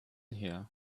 here